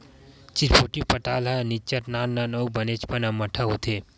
चिरपोटी पताल ह निच्चट नान नान अउ बनेचपन अम्मटहा होथे